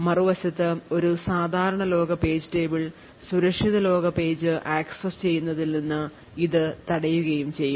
മറുവശത്ത് ഒരു സാധാരണ ലോക page table സുരക്ഷിത ലോക പേജ് ആക്സസ് ചെയ്യുന്നതിൽ നിന്നും ഇത് തടയുകയും ചെയ്യും